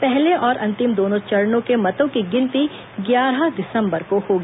पहले और अंतिम दोनों चरणों के मतों की गिनती ग्यारह दिसंबर को होगी